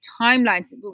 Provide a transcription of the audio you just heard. timelines